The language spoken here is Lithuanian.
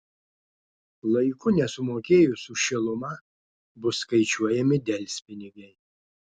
laiku nesumokėjus už šilumą bus skaičiuojami delspinigiai